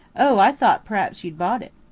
oh, i thought p'r'aps you'd bought it.